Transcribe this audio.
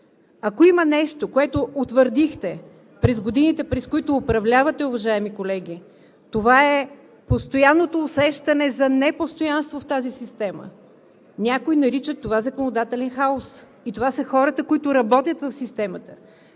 Ако има нещо, което утвърдихте през годините, през които управлявате, уважаеми колеги, това е постоянното усещане за непостоянство в тази система. Някои наричат това законодателен хаос и това са хората, които работят в системата.